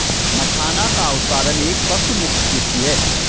मखाना का उत्पादन एक पशुमुक्त कृषि है